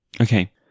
Okay